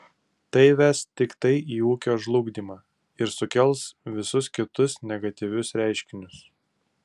tai ves tiktai į ūkio žlugdymą ir sukels visus kitus negatyvius reiškinius